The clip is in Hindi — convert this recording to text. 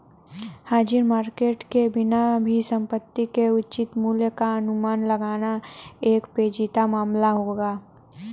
हाजिर मार्केट के बिना भी संपत्ति के उचित मूल्य का अनुमान लगाना एक पेचीदा मामला होगा